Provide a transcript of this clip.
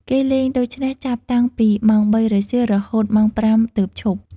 គេលេងដូច្នេះ ចាប់តាំងពីម៉ោងបីរសៀលរហូតម៉ោង ៥ ទើបឈប់ ។